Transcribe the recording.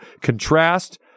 contrast